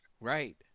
Right